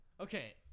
Okay